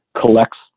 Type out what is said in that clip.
collects